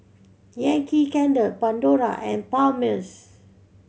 Yankee Candle Pandora and Palmer's